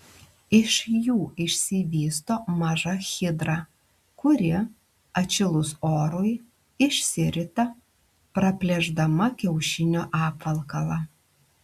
iš jų išsivysto maža hidra kuri atšilus orui išsirita praplėšdama kiaušinio apvalkalą